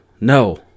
No